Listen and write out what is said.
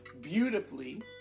beautifully